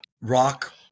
rock